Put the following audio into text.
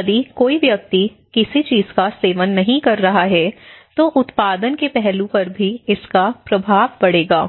यदि कोई व्यक्ति किसी चीज का सेवन नहीं कर रहा है तो उत्पादन के पहलू पर भी इसका प्रभाव पड़ेगा